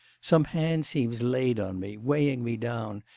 some hand seems laid on me, weighing me down,